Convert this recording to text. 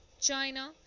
china